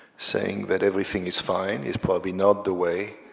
saying that everything is fine is probably not the way